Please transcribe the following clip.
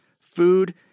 food